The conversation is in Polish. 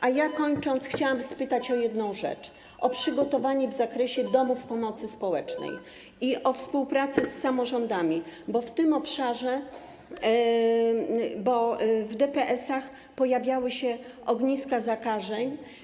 A ja, kończąc, chciałam spytać o jedną rzecz - o przygotowanie w zakresie domów pomocy społecznej i o współpracę z samorządami, bo w tym obszarze... bo w DPS-ach pojawiały się ogniska zakażeń.